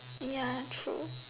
ya true